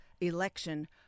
election